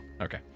okay